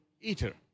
eater